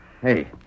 hey